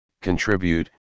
contribute